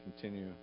continue